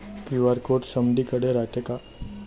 QR code समदीकडे रायतो का?